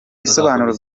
bisobanuro